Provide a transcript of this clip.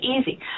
easy